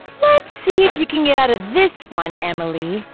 let's see if you can get outta this one, emily.